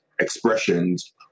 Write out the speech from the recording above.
expressions